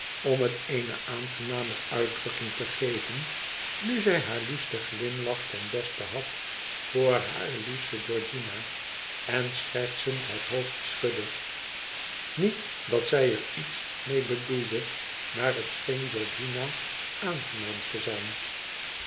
om het eene aangenamer uitdrukking te geven nu zij haar liefsten glimlach ten beste had voor hare liefste georgiana en schertsend het hoofd schudde niet dat zij er iets mee bedoelde maar het scheen georgiana aangenaam te zijn